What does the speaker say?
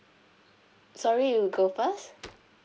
sorry you go first